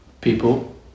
people